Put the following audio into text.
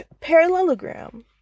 parallelogram